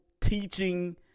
teaching